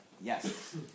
Yes